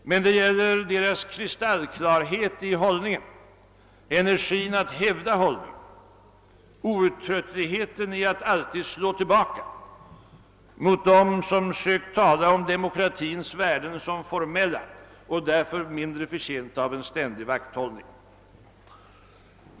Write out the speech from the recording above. Det gäller deras kristallklarhet i hållningen, energin att hävda hållningen, outtröttligheten i att alltid slå tillbaka mot dem som sökt tala om demokratins värden som formella och därför mindre förtjänta av ständig vakthållning.